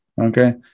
Okay